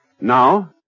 Now